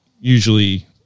usually